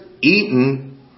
eaten